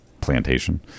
plantation